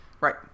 Right